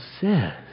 says